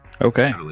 Okay